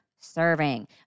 serving